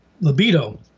Libido